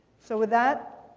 so with that,